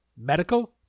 Medical